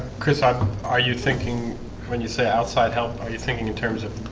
chris, i are you thinking when you say outside help. are you thinking in terms of?